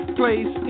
place